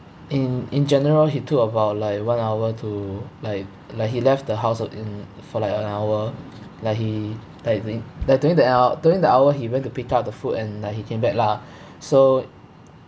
in in general he took about like one hour to like like he left the house ah in for like an hour like he like he like during the hour during the hour he went to pick up the food and like he came back lah so